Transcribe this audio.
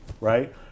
right